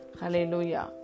Hallelujah